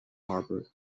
harbour